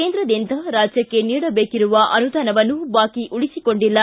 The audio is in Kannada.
ಕೇಂದ್ರದಿಂದ ರಾಜ್ಯಕ್ಕೆ ನೀಡಬೇಕಿರುವ ಅನುದಾನವನ್ನು ಬಾಕಿ ಉಳಿಸಿಕೊಂಡಿಲ್ಲ